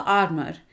armor